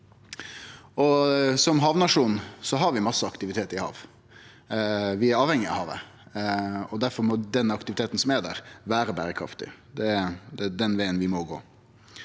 Som havnasjon har vi mykje aktivitet i havet. Vi er avhengige av havet. Difor må den aktiviteten som er der, vere berekraftig. Det er den vegen vi må gå.